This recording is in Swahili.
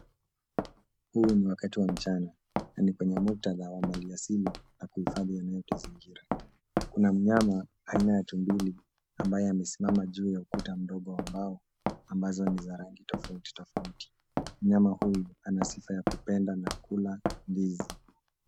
Huu ni wakati wa mchana na ni kwenye muktadha wa mali asili na kuhifadhi yanayotuzingira. Kuna mnyama aina ya tumbili ambaye amesimama juu ya ukuta mdogo wa mbao ambazo ni za rangi tofauti tofauti. Mnyama huyu ana sifa ya kupenda na kula ndizi.